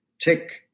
tick